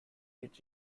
each